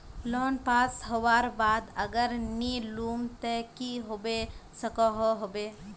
Loan pass होबार बाद अगर नी लुम ते की होबे सकोहो होबे?